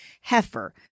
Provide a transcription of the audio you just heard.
heifer